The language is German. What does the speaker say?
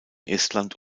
estland